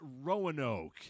roanoke